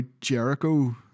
Jericho